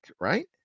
right